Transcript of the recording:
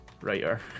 writer